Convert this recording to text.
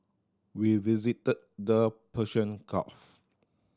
we visited the Persian Gulf